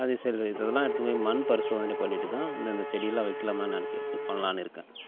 அது சில இது இதெல்லாம் எடுத்துட்டு போய் மண் பரிசோதனை பண்ணிட்டு தான் இந்தந்த செடிலாம் வைக்கலாமா என்னன்னு கேட்டு பண்ணலான்னு இருக்கேன்